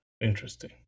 Interesting